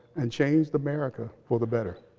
and changed america for the better.